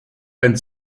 ein